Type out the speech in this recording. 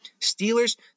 steelers